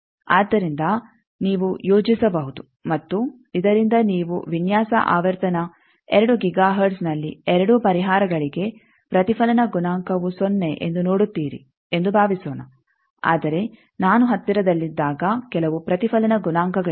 ಆದ್ದರಿಂದ ನೀವು ಯೋಜಿಸಬಹುದು ಮತ್ತು ಇದರಿಂದ ನೀವು ವಿನ್ಯಾಸ ಆವರ್ತನ 2 ಗಿಗಾ ಹರ್ಟ್ಜ್ನಲ್ಲಿ ಎರಡೂ ಪರಿಹಾರಗಳಿಗೆ ಪ್ರತಿಫಲನ ಗುಣಾಂಕವು ಸೊನ್ನೆ ಎಂದು ನೋಡುತ್ತೀರಿ ಎಂದು ಭಾವಿಸೋಣ ಆದರೆ ನಾನು ಹತ್ತಿರದಲ್ಲಿದ್ದಾಗ ಕೆಲವು ಪ್ರತಿಫಲನ ಗುಣಾಂಕಗಳಿವೆ